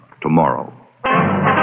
tomorrow